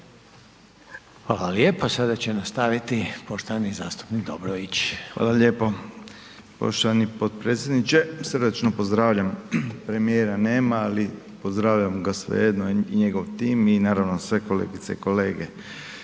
Hvala lijepo. Sada će nastaviti poštovani zastupnik Dobrović. **Dobrović, Slaven (MOST)** Hvala lijepo poštovani potpredsjedniče. Srdačno pozdravljam, premijera nema ali pozdravljam ga svejedno i njegov tim i naravno sve kolegice i kolege.